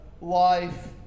life